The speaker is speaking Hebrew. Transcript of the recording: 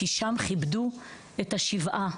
כי שם כיבדו את השבעה.